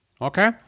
Okay